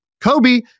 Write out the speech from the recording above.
Kobe